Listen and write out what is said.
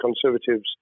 Conservatives